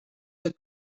der